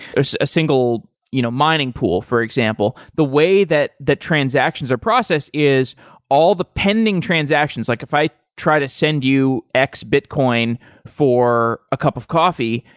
a so single you know mining pool for example, the way that that transactions are processed is all the pending transactions, like if i try to send you x bitcoin for a cup of coffee,